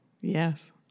Yes